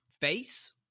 face